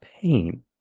pain